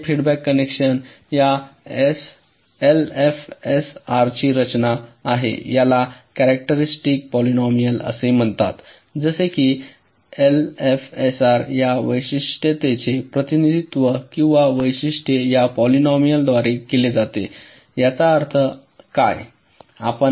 आता हे feedback connection या एलएफएसआरची रचना आहे यालाच करेट्रिस्टिक पॉलिनोमिल असे म्हणतात जसे की एलएफएसआरसाठी या विशिष्टतेचे प्रतिनिधित्व किंवा वैशिष्ट्य या पॉलिनोमिल द्वारे केले जाते याचा अर्थ काय